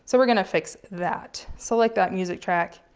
so we're going to fix that. select that music track,